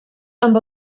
amb